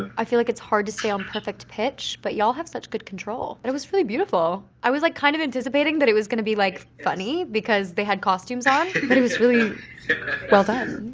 i feel like it's hard to stay on perfect pitch but ya'll have such good control. and it was really beautiful. i was like, kind of anticipating that it was gonna be like funny because they had costumes on but it was really well done.